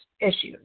issues